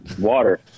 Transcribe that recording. water